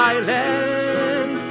Island